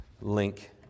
Link